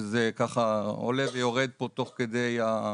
שזה ככה עולה ויורד פה תוך כדי החקיקה,